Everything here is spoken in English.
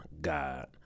God